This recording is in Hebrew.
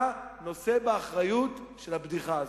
נושא באחריות לבדיחה הזאת.